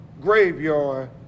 graveyard